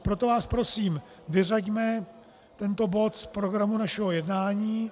Proto vás prosím, vyřaďme tento bod z programu našeho jednání.